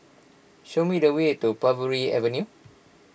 show me the way to Parbury Avenue